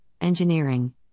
Engineering